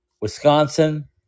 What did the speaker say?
wisconsin